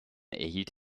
erhielt